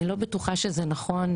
אני לא בטוחה שזה נכון,